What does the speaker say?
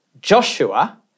Joshua